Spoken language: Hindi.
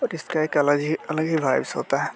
और इसका एक अलग ही अलग ही होता है